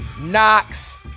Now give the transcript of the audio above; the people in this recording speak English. Knox